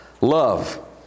Love